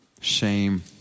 shame